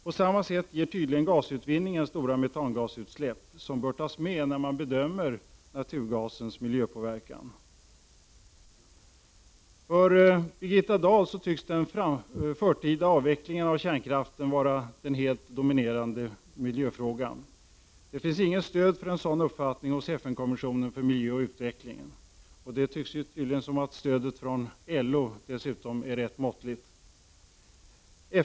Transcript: På samma sätt ger tydligen gasutvinningen stora metangasutsläpp, som bör tas med när man bedömer naturgasens miljöpåverkan. För Birgitta Dahl tycks den förtida avvecklingen av kärnkraften vara den helt dominerande miljöfrågan. Det finns inget stöd för en sådan uppfattning hos FN-kommissionen för miljö och utveckling. Stödet från LO är också ganska måttligt.